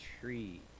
tree